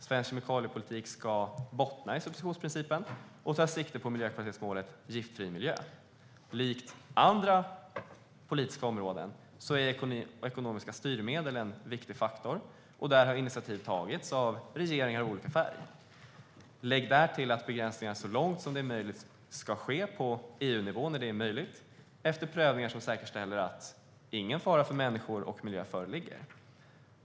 Svensk kemikaliepolitik ska bottna i substitutionsprincipen och ta sikte på miljökvalitetsmålet om en giftfri miljö. Liksom på andra politiska områden är ekonomiska styrmedel en viktig faktor. Där har initiativ tagits av regeringar av olika färg. Lägg därtill att begränsningar så långt som möjligt ska ske på EU-nivå efter prövningar som säkerställer att ingen fara för människor och miljö föreligger.